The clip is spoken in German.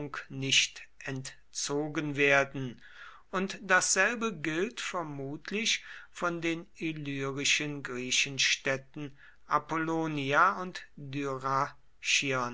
nicht entzogen werden und dasselbe gilt vermutlich von den illyrischen griechenstädten apollonia und